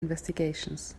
investigations